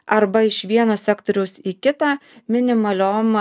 arba iš vieno sektoriaus į kitą minimaliom